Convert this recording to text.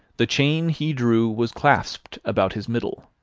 the chain he drew was clasped about his middle.